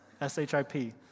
S-H-I-P